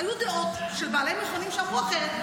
היו דעות של בעלי מכונים שאמרו אחרת,